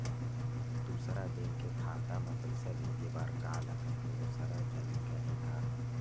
दूसरा बैंक के खाता मा पईसा भेजे बर का लगथे कोनो सरल तरीका हे का?